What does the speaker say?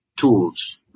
tools